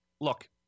look